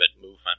movement